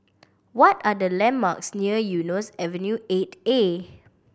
what are the landmarks near Eunos Avenue Eight A